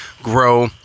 grow